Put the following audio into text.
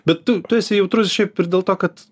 bet tu tu esi jautrus šiaip ir dėl to kad